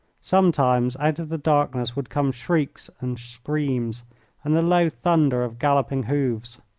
sometimes out of the darkness would come shrieks and screams and the low thunder of galloping hoofs.